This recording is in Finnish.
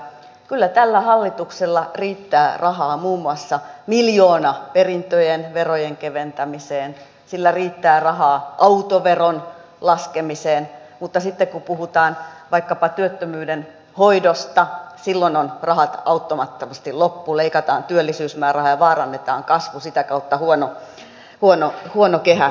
kyllä tällä hallituksella riittää rahaa muun muassa miljoonaperintöjen verojen keventämiseen sillä riittää rahaa autoveron laskemiseen mutta sitten kun puhutaan vaikkapa työttömyyden hoidosta silloin on rahat auttamattomasti loppu leikataan työllisyysmäärärahaa ja vaarannetaan kasvu sitä kautta huono kehä pyörimään